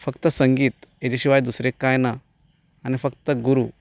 फक्त संगीत हेच्या शिवाय दुसरें कांय ना आनी फक्त गुरू